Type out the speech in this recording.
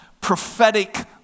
prophetic